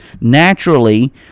naturally